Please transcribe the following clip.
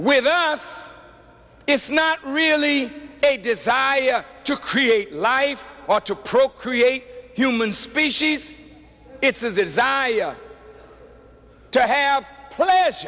us it's not really a desire to create life or to procreate human species it's is a desire to have pleas